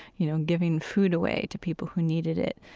you know, giving food away to people who needed it.